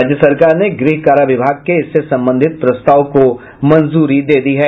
राज्य सरकार ने गृह कारा विभाग के इससे संबंधित प्रस्ताव को मंजूरी दे दी है